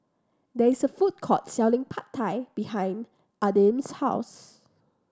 there is a food court selling Pad Thai behind Adin's house